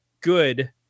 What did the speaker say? good